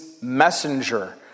messenger